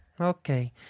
Okay